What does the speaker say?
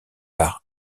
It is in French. par